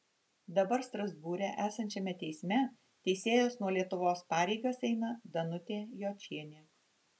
dabar strasbūre esančiame teisme teisėjos nuo lietuvos pareigas eina danutė jočienė